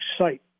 site